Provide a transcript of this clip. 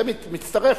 זה מצטרף,